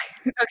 Okay